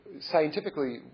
scientifically